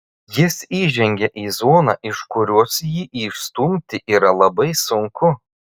jis įžengia į zoną iš kurios jį išstumti yra labai sunku